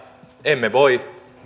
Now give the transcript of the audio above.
emme voi